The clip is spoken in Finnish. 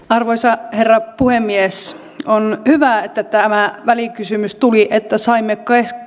arvoisa herra puhemies on hyvä että tämä välikysymys tuli niin että saimme